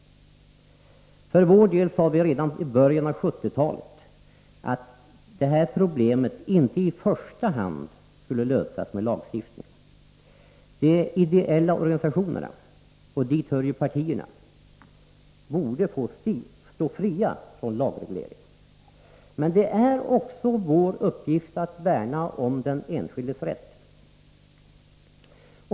För vår del sade vi redan i början av 1970-talet att problemet inte i första hand skulle lösas med lagstiftning. De ideella organisationerna — och dit hör ju partierna — borde få stå fria från lagreglering. Men det är också vår uppgift att värna om den enskildes rätt.